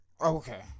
Okay